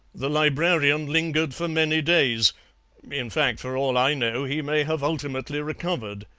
the librarian lingered for many days in fact, for all i know, he may have ultimately recovered,